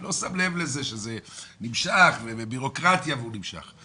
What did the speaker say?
שלא שם לב לזה שזה נמשך ובירוקרטיה והוא נמשיך.